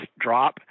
drop